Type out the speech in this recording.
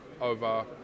over